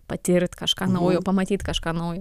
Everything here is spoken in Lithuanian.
patirt kažką naujo pamatyt kažką naujo